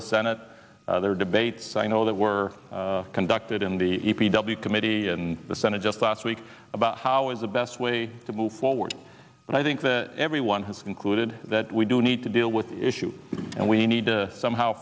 the senate there are debates i know that were conducted in the p w committee in the senate just last week about how is the best way to move forward and i think that everyone has concluded that we do need to deal with this issue and we need to somehow